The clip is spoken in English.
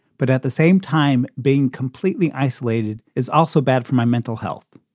but at the same time, being completely isolated is also bad for my mental health.